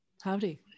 Howdy